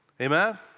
Amen